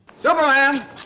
Superman